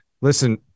listen